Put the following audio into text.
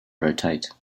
rotate